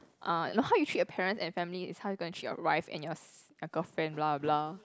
uh no how you treat your parents and family is how you gonna treat your wife and your si~ your girlfriend blah blah